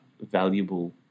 valuable